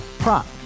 Prop